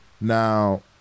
Now